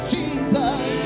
Jesus